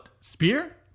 Spear